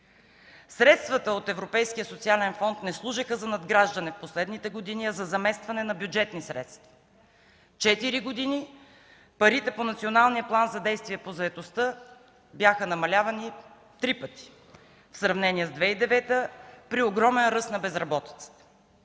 Средствата от Европейския социален фонд не служеха за надграждане в последните години, а за заместване на бюджетни средства. Четири години парите по Националния план за действие по заетостта бяха намалявани три пъти в сравнение с 2009 г. при огромен ръст на безработицата.